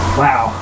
wow